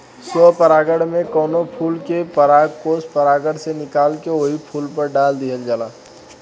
स्व परागण में कवनो फूल के परागकोष परागण से निकाल के ओही फूल पर डाल दिहल जाला